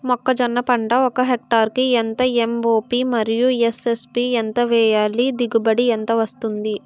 మొక్కజొన్న పంట ఒక హెక్టార్ కి ఎంత ఎం.ఓ.పి మరియు ఎస్.ఎస్.పి ఎంత వేయాలి? దిగుబడి ఎంత వస్తుంది?